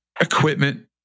equipment